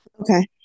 okay